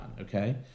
okay